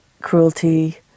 cruelty